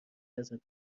ازت